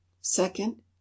second